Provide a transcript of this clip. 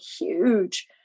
huge